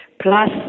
Plus